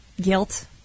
guilt